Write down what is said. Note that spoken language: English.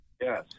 yes